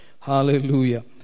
Hallelujah